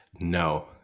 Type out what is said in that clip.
No